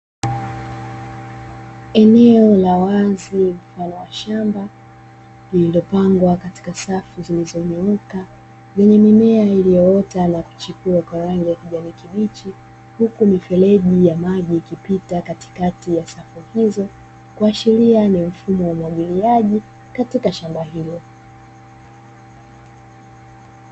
Eneo la wazi mfano wa shamba lililopangwa katika safu zilizonyoka, zenye mimea iliyoota na kuchipua kwa rangi ya kijani kibichi. Huku mifereji ya maji ikipita katikati ya safu hizo, kuashiria ni mfumo wa umwagiliaji katika shamba hilo.